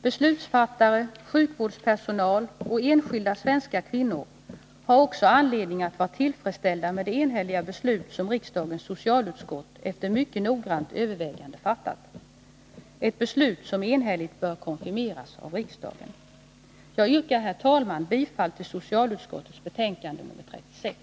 Beslutsfattare, sjukvårdspersonal och enskilda svenska kvinnor har också anledning att vara tillfredsställda med det enhälliga beslut som riksdagens socialutskott efter mycket noggrant övervägande har fattat — ett beslut som enhälligt bör konfirmeras av riksdagen. Jag yrkar, herr talman, bifall till hemställan i socialutskottets betänkande nr 36.